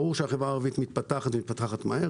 ברור שהחברה הערבית מתפתחת מהר.